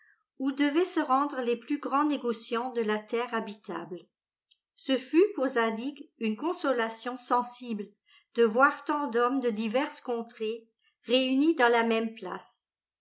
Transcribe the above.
où devaient se rendre les plus grands négociants de la terre habitable ce fut pour zadig une consolation sensible de voir tant d'hommes de diverses contrées réunis dans la même place